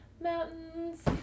Mountains